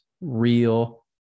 real